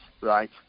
right